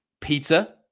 pizza